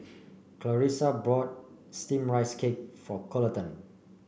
Clarisa bought steamed Rice Cake for Coleton